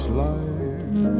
life